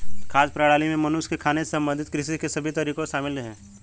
खाद्य प्रणाली में मनुष्य के खाने से संबंधित कृषि के सभी तरीके शामिल है